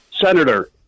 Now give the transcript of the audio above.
Senator